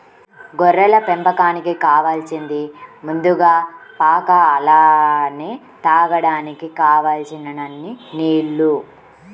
గొర్రెల పెంపకానికి కావాలసింది ముందుగా పాక అలానే తాగడానికి కావలసినన్ని నీల్లు